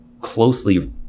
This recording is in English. closely